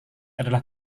adalah